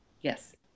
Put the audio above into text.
Yes